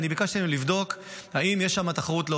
אני ביקשתי מהם לבדוק אם יש שם תחרות לא